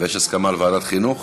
יש הסכמה על ועדת החינוך?